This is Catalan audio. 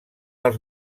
els